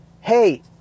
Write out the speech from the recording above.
hey